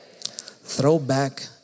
Throwback